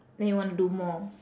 then you wanna do more